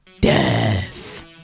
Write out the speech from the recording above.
death